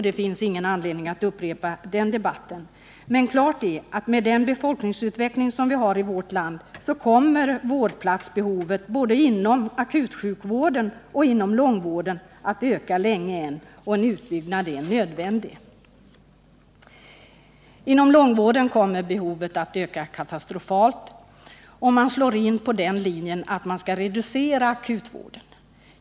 Det finns ingen anledning att upprepa den debatten, men klart är att med den befolkningsutveckling vi har i vårt land kommer vårdplatsbehovet både inom akutsjukvården och inom långvården att öka länge än. En utbyggnad är nödvändig. Inom långvården kommer behovet att öka katastrofalt, om man väljer den linjen att man skall reducera akutvården.